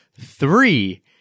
three